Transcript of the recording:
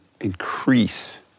increase